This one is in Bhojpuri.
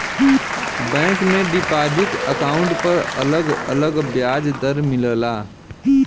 बैंक में डिपाजिट अकाउंट पर अलग अलग ब्याज दर मिलला